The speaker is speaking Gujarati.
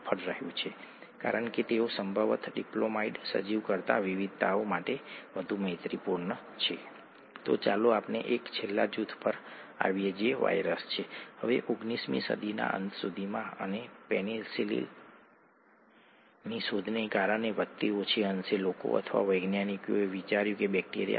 તમે જાણો છો કે પ્રોટીન પરના વિદ્યુતભારો આ ઝ્વિટર આયનિક અણુ છે તેથી તે pH આધારિત છે વગેરે વગેરે